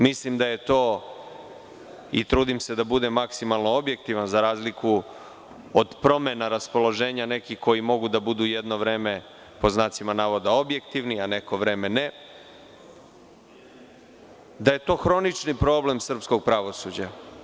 Mislim da je to, i trudim se da budem maksimalno objektivan, za razliku od promena raspoloženja nekih koji mogu da budu jedno vreme „objektivni“ a neko vreme ne, da je to hronični problem srpskog pravosuđa.